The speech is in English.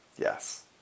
yes